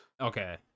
Okay